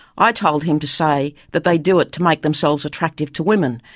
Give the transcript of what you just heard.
i told him to say that they do it to make themselves attractive to women,